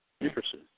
Interesting